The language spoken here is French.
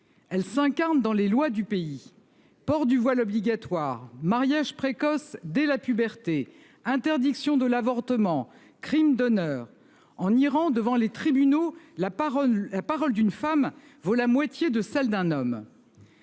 Elle s'incarne dans les lois du pays. Port du voile obligatoire mariage précoce dès la puberté, interdiction de l'avortement crimes d'honneur en Iran devant les tribunaux. La parole est parole d'une femme vaut la moitié de celle d'un homme.